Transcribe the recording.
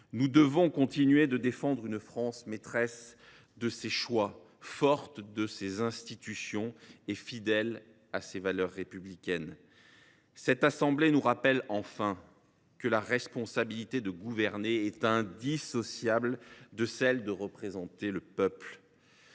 Nous devons continuer de défendre une France maîtresse de ses choix, forte de ses institutions et fidèle à ses valeurs républicaines. L’histoire de cette assemblée nous rappelle enfin que la responsabilité de gouverner est indissociable de celle de représenter le peuple.